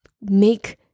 make